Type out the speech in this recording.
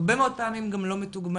הרבה מאוד פעמים גם לא מתוגמלים.